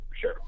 sure